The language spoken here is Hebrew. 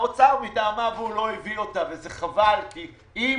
האוצר מטעמיו הוא לא הבין אותה וזה חבל כי אם